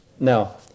Now